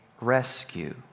rescue